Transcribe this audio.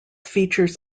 features